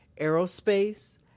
aerospace